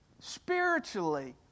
spiritually